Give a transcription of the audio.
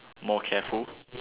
more careful